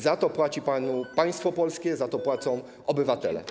Za to płaci panu państwo polskie, za to płacą obywatele.